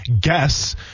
guess